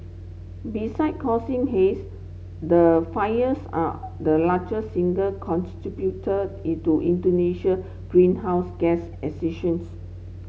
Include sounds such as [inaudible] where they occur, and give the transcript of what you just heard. beside causing haze the fires are the largest single contributor into Indonesia greenhouse gas [unintelligible]